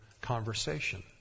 conversation